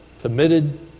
committed